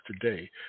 today